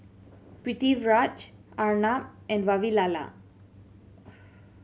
Pritiviraj Arnab and Vavilala